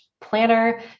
planner